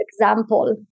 example